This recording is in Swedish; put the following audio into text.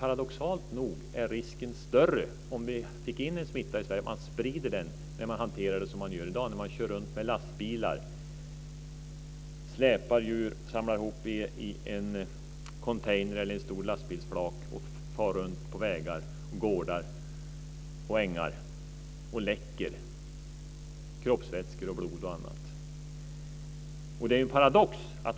Paradoxalt nog är risken större att få in en smitta och sprida den i Sverige med den hantering som finns i dag när djur släpas runt i containrar eller på lastbilsflak och far runt på vägar, gårdar och ängar och läcker kroppsvätskor, blod och annat.